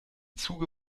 zuge